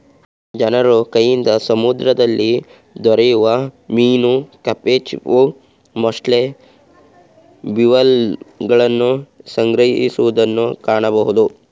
ಜನರು ಕೈಯಿಂದ ಸಮುದ್ರದಲ್ಲಿ ದೊರೆಯುವ ಮೀನು ಕಪ್ಪೆ ಚಿಪ್ಪು, ಮಸ್ಸೆಲ್ಸ್, ಬಿವಾಲ್ವಗಳನ್ನು ಸಂಗ್ರಹಿಸುವುದನ್ನು ಕಾಣಬೋದು